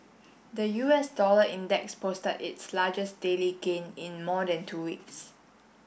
the U S dollar index posted its largest daily gain in more than two weeks